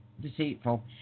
deceitful